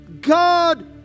God